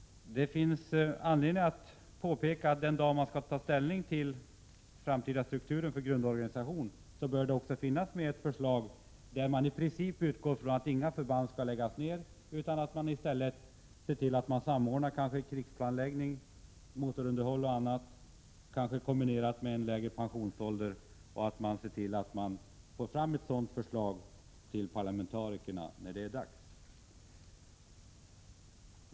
Det finns anledning att påpeka, att det den dag man skall ta ställning till den framtida strukturen för grundorganisation bör finnas med också ett förslag med utgångspunkt i att inget förband skall läggas ner utan att krigsplanläggning och motorunderhåll m.m.samordnas, kanske kombinerat med en lägre pensionsålder. Ett sådant förslag bör läggas fram för parlamentarikerna när det är dags.